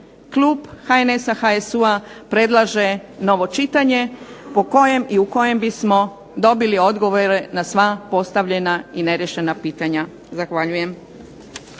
klub HNS-a, HSU-a predlaže novo čitanje po kojem i u kojem bismo dobili odgovore na sva postavljena i neriješena pitanja. Zahvaljujem.